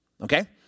Okay